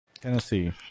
Tennessee